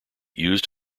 used